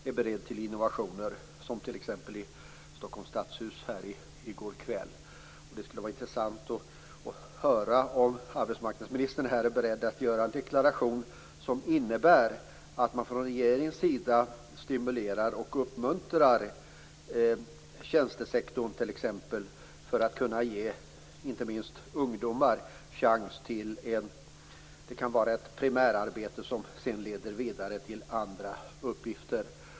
Vi såg ett exempel på det i Stockholms stadshus i går kväll. Det skulle vara intressant att höra om arbetsmarknadsministern här är beredd att göra en deklaration om att man från regeringens sida stimulerar och uppmuntrar t.ex. tjänstesektorn för att kunna ge inte minst ungdomar chans till ett primärarbete som sedan leder vidare till andra uppgifter.